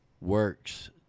works